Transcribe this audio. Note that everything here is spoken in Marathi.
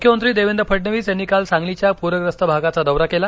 मुख्यमंत्री देवेंद्र फडणवीस यांनी काल सांगलीच्या पूख्यस्त भागाचा दौरा केला